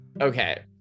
Okay